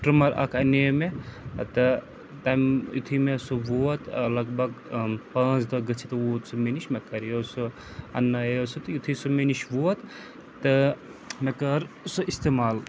trimmer اَکھ اَنے مےٚ ٲں تہٕ تَمہِ یُتھُے مےٚ سُہ ووت ٲں لَگ بھگ ٲں پانٛژھ دۄہ گٔژھِتھ ووت سُہ مےٚ نِش مےٚ کَریو سُہ اَنہٕ نایو سُہ تہٕ یُتھُے سُہ مےٚ نِش ووت تہٕ مےٚ کٔر سُہ استعمال